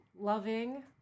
loving